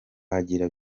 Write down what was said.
agira